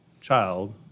child